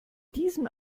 diesem